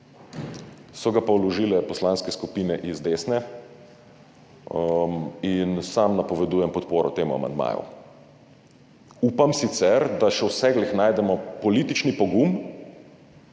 So ga pa vložile poslanske skupine iz desne in sam napovedujem podporo temu amandmaju. Upam sicer, da še vseeno najdemo politični pogum